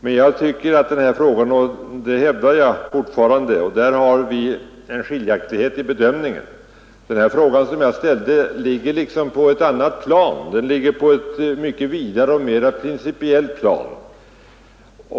Men jag hävdar fortfarande — och där finns en skiljaktighet i bedömningen — att den fråga som jag ställt ligger på ett annat plan. Den ligger på ett mycket vidare plan.